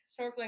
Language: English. snorkeling